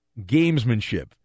gamesmanship